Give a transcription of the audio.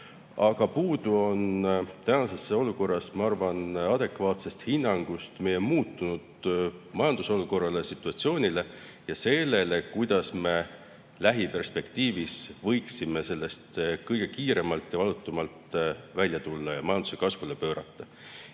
aga puudu on tänases olukorras, ma arvan, adekvaatsest hinnangust meie muutunud majandusolukorrale, -situatsioonile, ja sellele, kuidas me lähiperspektiivis võiksime sellest kõige kiiremalt ja valutumalt välja tulla ning majanduse kasvule pöörata.